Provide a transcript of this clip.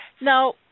Now